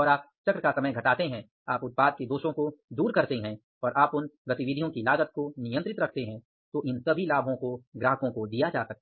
और आप चक्र का समय घटाते हैं आप उत्पाद के दोषों को दूर करते हैं और आप उन गतिविधियों की लागत को नियंत्रित रखते हैं तो इन सभी लाभों को ग्राहकों को दिया जा सकता है